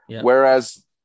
Whereas